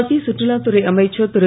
மத்திய கற்றுலாத் துறை அமைச்சர் திரு